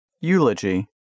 Eulogy